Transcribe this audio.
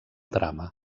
drama